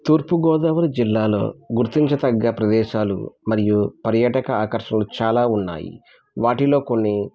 తూర్పుగోదావరి జిల్లాలో గుర్తించదగ్గ ప్రదేశాలు మరియు పర్యాటక ఆకర్షణలు చాలా ఉన్నాయి వాటిలో కొన్ని